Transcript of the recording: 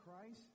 Christ